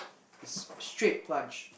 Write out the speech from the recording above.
it's straight plunge